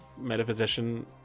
Metaphysician